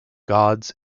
gods